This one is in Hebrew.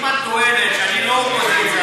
אם את טוענת שאני לא אופוזיציה,